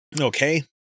Okay